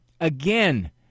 Again